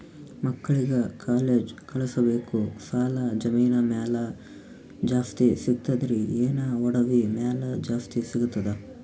ಮಕ್ಕಳಿಗ ಕಾಲೇಜ್ ಕಳಸಬೇಕು, ಸಾಲ ಜಮೀನ ಮ್ಯಾಲ ಜಾಸ್ತಿ ಸಿಗ್ತದ್ರಿ, ಏನ ಒಡವಿ ಮ್ಯಾಲ ಜಾಸ್ತಿ ಸಿಗತದ?